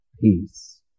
peace